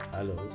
Hello